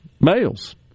males